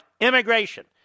immigration